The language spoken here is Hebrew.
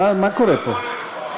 מה קורה פה?